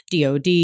DOD